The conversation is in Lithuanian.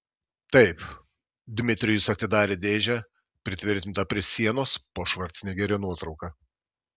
taip dmitrijus atidarė dėžę pritvirtintą prie sienos po švarcnegerio nuotrauka